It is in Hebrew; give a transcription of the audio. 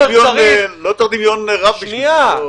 לא צריך דמיון רב בשביל זה.